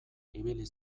ibili